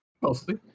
Mostly